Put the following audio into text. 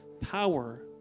power